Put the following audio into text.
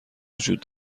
وجود